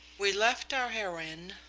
we left our heroine,